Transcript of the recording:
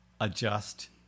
adjust